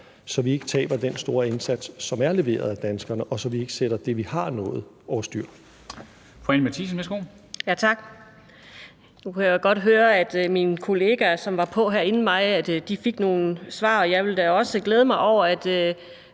så vi ikke taber den store indsats, som er leveret af danskerne, og så vi ikke sætter det, vi har nået, over styr.